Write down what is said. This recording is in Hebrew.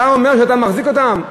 אתה אומר שאתה מחזיק אותם?